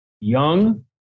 young